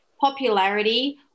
popularity